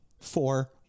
Four